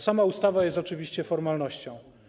Sama ustawa jest oczywiście formalnością.